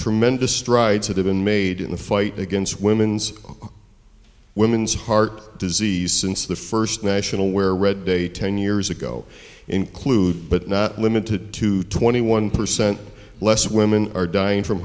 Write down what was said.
tremendous strides that have been made in the fight against women's women's heart disease since the first national wear red day ten years ago include but not limited to twenty one percent less women are dying from